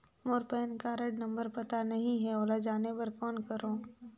मोर PAN card number पता नहीं है, ओला जाने बर कौन करो?